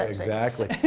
exactly.